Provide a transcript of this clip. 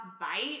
Bite